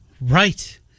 Right